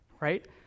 right